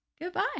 goodbye